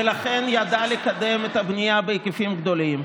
ולכן ידעה לקדם את הבנייה בהיקפים גדולים,